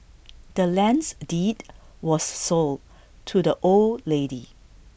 the land's deed was sold to the old lady